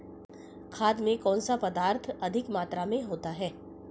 खाद में कौन सा पदार्थ अधिक मात्रा में होता है?